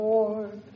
Lord